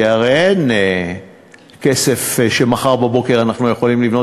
כי הרי אין כסף כזה שמחר בבוקר אנחנו יכולים לבנות